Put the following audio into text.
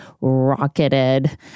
rocketed